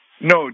no